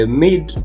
mid